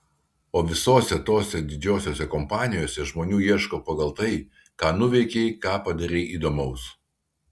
o visose tose didžiosiose kompanijose žmonių ieško pagal tai ką nuveikei ką padarei įdomaus